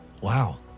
Wow